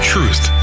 Truth